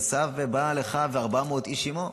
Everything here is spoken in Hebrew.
עשו בא לך "וארבע מאות איש עמו".